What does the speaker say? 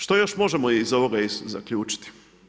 Što još možemo iz ovoga zaključiti?